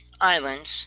islands